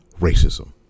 racism